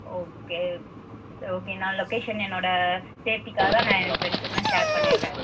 okay okay நான் location என்னோட சேஃப்டிக்காக நான் என் ஃப்ரெண்ட்ஸ்க்கெல்லாம் ஷேர் பண்ணிடுறேன்